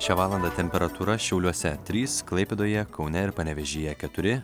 šią valandą temperatūra šiauliuose trys klaipėdoje kaune ir panevėžyje keturi